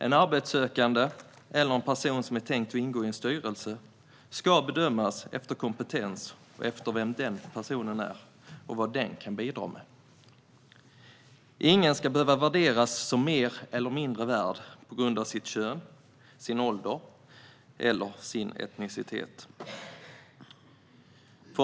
En arbetssökande eller en person som är tänkt att ingå i en styrelse ska bedömas efter kompetens, efter vem den personen är och vad den kan bidra med. Ingen ska behöva värderas som mer eller mindre värd på grund av sitt kön, sin ålder eller sin etnicitet.